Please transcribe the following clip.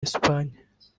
esipanye